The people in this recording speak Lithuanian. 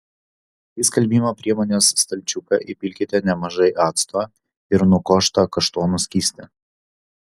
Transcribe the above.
į skalbimo priemonės stalčiuką įpilkite nemažai acto ir nukoštą kaštonų skystį